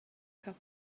cup